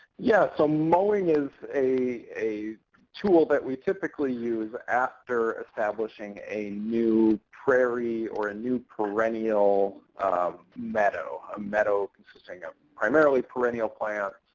yeah so mowing is a tool that but we typically use after establishing a new prairie or a new perennial um meadow, a meadow consisting of primarily perennial plants,